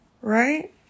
right